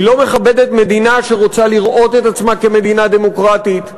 היא לא מכבדת מדינה שרוצה לראות את עצמה כמדינה דמוקרטית.